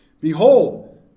Behold